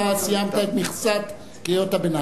אתה סיימת את מכסת קריאות הביניים.